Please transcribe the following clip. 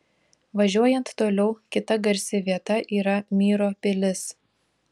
važiuojant toliau kita garsi vieta yra myro pilis